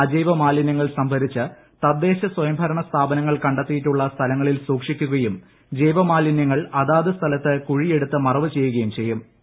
അജൈവ മാലിന്യങ്ങൾ സംഭരിച്ച് തദ്ദേശ സ്വയംഭരണ സ്ഥാപനങ്ങൾ കണ്ടെത്തിയിട്ടുള്ള സ്ഥലങ്ങളിൽ സൂക്ഷിക്കുകയും ജൈവ മാലിനൃങ്ങൾ അതാത് സ്ഥലത്ത് കുഴി എടുത്ത് മറവ് ചെയ്യുകയും ജില്ലയിലൊട്ടാകെ ചെയ്യും